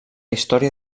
història